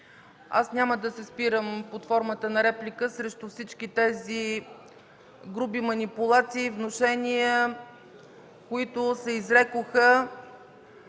Аз няма да се спирам под формата на реплика срещу всички тези груби манипулации и внушения, които се изрекоха.